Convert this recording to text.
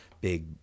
big